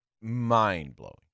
Mind-blowing